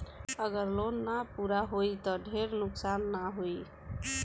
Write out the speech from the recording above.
अगर लोन ना पूरा होई त ढेर नुकसान ना होई